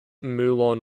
moulin